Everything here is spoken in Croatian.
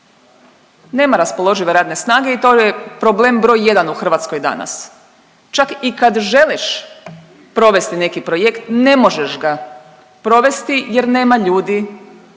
Nema raspoložive radne snage i to je problem br. 1. u Hrvatskoj danas, čak i kad želiš provesti neki projekt ne možeš ga provesti jer nema ljudi